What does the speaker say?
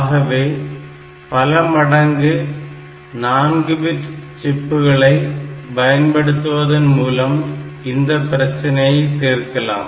ஆகவே பல மடங்கு 4 பிட் சிப்களை பயன்படுத்துவதன் மூலம் இந்த பிரச்சனையை தீர்க்கலாம்